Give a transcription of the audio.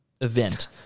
event